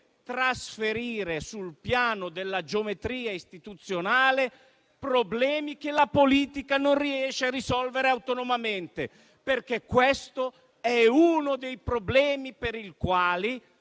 trasferire sul piano della geometria istituzionale problemi che la politica non riesce a risolvere autonomamente, perché questo è uno dei problemi per i quali